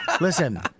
Listen